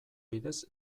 bidez